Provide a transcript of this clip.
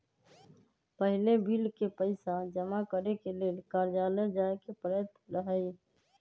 पहिले बिल के पइसा जमा करेके लेल कर्जालय जाय के परैत रहए